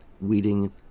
weeding